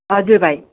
हजुर भाइ